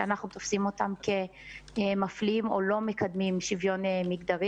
שאנחנו תופסים אותם כמפלים או לא מקדמים שוויון מגדרי.